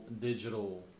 digital